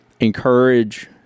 encourage